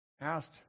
asked